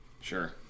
Sure